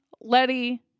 Letty